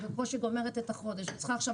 שבקושי גומרת את החודש וצריכה עכשיו